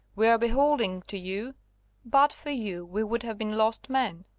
we are beholding to you but for you we would have been lost men.